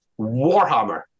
warhammer